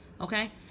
okay